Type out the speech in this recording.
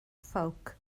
ffowc